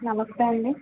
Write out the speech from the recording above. నమస్తే అండి